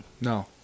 No